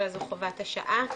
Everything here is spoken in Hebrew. אלא זו חובת השעה.